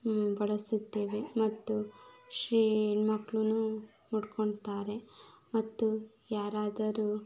ನಾವು ಬಳಸುತ್ತೇವೆ ಮತ್ತು ಹೆಣ್ಮಕ್ಳೂ ಮುಡ್ಕೊತಾರೆ ಮತ್ತು ಯಾರಾದರು